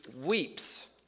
weeps